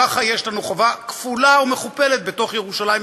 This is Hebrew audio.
ככה יש לנו חובה כפולה ומכופלת בתוך ירושלים,